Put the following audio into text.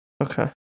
Okay